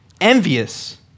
envious